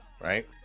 right